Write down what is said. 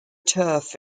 turf